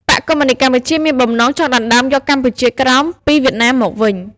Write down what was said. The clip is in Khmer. បក្សកុម្មុយនីស្តកម្ពុជា មានបំណងចង់ដណ្តើមយកកម្ពុជាក្រោម" ពីវៀតណាមមកវិញ។